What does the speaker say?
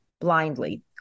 blindly